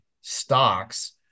stocks